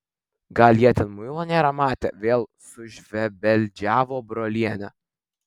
gal jie ten muilo nėra matę vėl sušvebeldžiavo brolienė